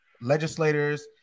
legislators